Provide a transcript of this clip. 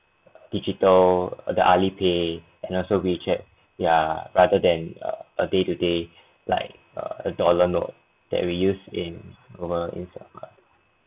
digital the alipay and also wechat yeah rather than a day to day like a dollar note that we use in over in